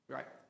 Right